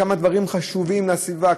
כמה הדברים חשובים לסביבה,